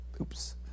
Oops